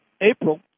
April